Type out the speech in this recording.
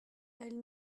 elles